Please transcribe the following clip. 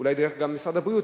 אולי גם דרך משרד הבריאות,